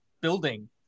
building